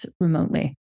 remotely